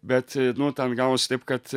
bet nu ten gavosi taip kad